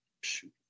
Shoot